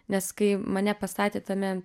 nes kai mane pastatė tame